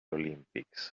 olympics